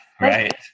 Right